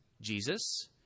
Jesus